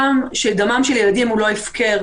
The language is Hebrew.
שדמם של ילדים הוא לא הפקר.